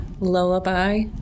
Lullaby